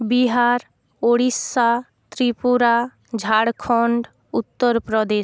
Bihar Orissa Tripura Jharkhand Uttar Pradesh